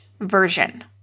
version